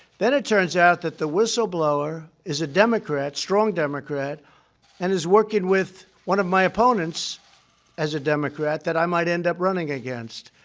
then it turns out that the whistleblower is a democrat strong democrat and is working with one of my opponents as a democrat that i might end up running against.